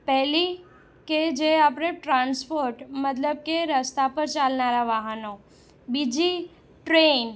પહેલી કે જે આપણે ટ્રાન્સપોટ મતલબ કે રસ્તા પર ચાલનારા વાહનો બીજી ટ્રેન